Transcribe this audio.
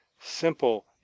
simple